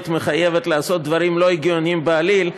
מחייבת לעשות דברים לא הגיוניים בעליל,